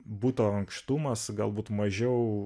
buto ankštumas galbūt mažiau